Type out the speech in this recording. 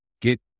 get